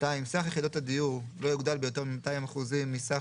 (2)סך יחידות הדיור לא יוגדל ביותר מ־200% מסך